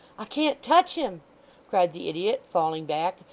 i can't touch him cried the idiot falling back,